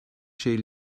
şey